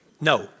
No